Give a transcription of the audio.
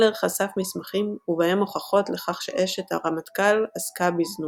הימלר חשף מסמכים ובהם הוכחות לכך שאשת הרמטכ"ל עסקה בזנות.